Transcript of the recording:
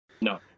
No